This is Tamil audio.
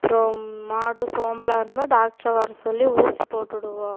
அப்புறம் மாடு சோம்பலா இருந்தால் டாக்டரை வர சொல்லி ஊசி போட்டுடுவோம்